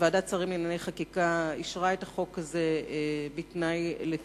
ועדת השרים לענייני חקיקה אישרה את החוק הזה בתנאי של תיאום,